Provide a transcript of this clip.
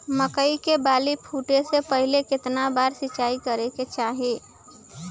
मकई के बाली फूटे से पहिले केतना बार सिंचाई करे के चाही?